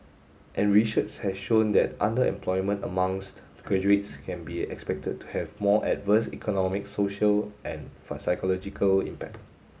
and research has shown that underemployment amongst graduates can be expected to have more adverse economic social and psychological impact